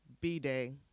B-Day